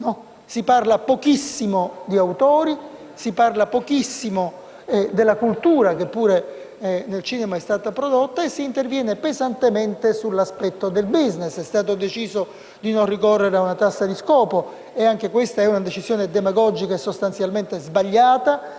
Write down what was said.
però, pochissimo degli autori e della cultura - che pure nel cinema è stata prodotta - e si interviene pesantemente sull'aspetto del *business*. È stato deciso di non ricorrere a una tassa di scopo, e anche questa è una decisione demagogica e sostanzialmente sbagliata.